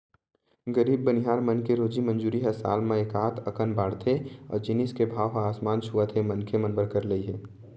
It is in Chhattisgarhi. गरीब बनिहार मन के रोजी मंजूरी ह साल म एकात अकन बाड़थे अउ जिनिस के भाव ह आसमान छूवत हे मनखे मन बर करलई हे